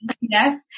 yes